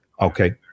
Okay